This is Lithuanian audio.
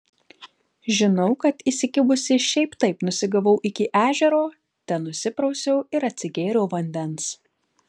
žinau kad įsikibusi šiaip taip nusigavau iki ežero ten nusiprausiau ir atsigėriau vandens